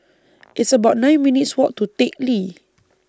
It's about nine minutes' Walk to Teck Lee